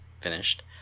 finished